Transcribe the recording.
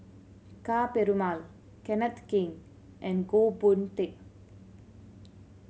Ka Perumal Kenneth Keng and Goh Boon Teck